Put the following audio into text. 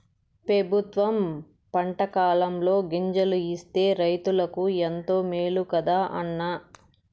పెబుత్వం పంటకాలంలో గింజలు ఇస్తే రైతులకు ఎంతో మేలు కదా అన్న